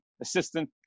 Assistant